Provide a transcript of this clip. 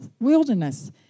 wilderness